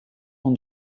und